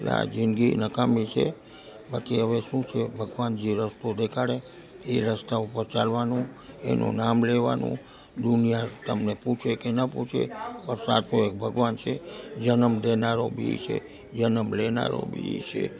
એટલે આ જિંદગી નકામી છે બાકી હવે શું છે ભગવાન જે રસ્તો દેખાડે એ રસ્તા ઉપર ચાલવાનું એનું નામ લેવાનું દુનિયા તમને પૂછે કે ન પૂછે પણ સાચો એક ભગવાન છે જનમ દેનારો બી એ છે જનમ લેનારો બી એ છે